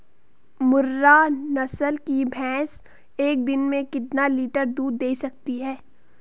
मुर्रा नस्ल की भैंस एक दिन में कितना लीटर दूध दें सकती है?